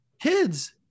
kids